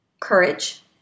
Courage